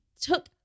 took